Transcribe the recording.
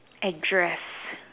address